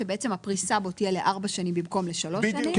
שהפרישה בו תהיה לארבע שנים במקום לשלוש שנים.